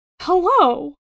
Hello